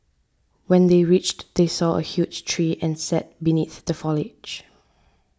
when they reached they saw a huge tree and sat beneath the foliage